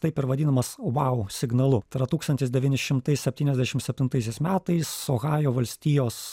taip ir vadinamas vau signalu tai yra tūkstantis devyni šimtai septyniasdešim septintaisiais metais ohajo valstijos